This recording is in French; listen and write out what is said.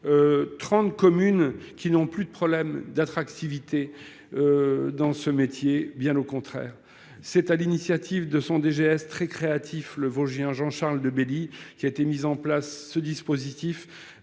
30 communes qui n'ont plus de problèmes d'attractivité. Dans ce métier, bien au contraire. C'est à l'initiative de son DGS très créatif, le Vosgien Jean-Charles De Belie qui a été mis en place ce dispositif,